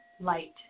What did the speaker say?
light